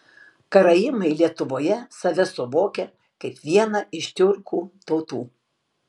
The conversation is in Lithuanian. karaimai lietuvoje save suvokia kaip vieną iš tiurkų tautų